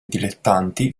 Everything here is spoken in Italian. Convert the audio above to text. dilettanti